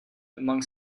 among